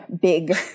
big